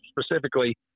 specifically